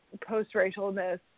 post-racialness